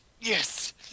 yes